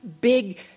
big